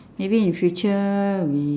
maybe in future we